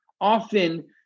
often